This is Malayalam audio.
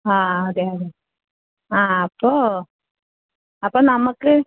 ആ അതെയതെ ആ അപ്പോൾ അപ്പോൾ നമുക്ക്